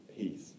peace